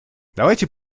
давайте